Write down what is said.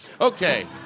Okay